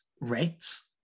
rates